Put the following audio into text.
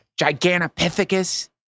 Gigantopithecus